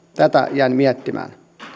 tätä jäin miettimään